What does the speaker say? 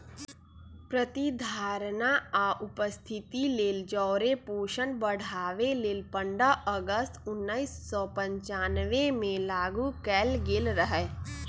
प्रतिधारणा आ उपस्थिति लेल जौरे पोषण बढ़ाबे लेल पंडह अगस्त उनइस सौ पञ्चानबेमें लागू कएल गेल रहै